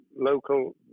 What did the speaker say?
local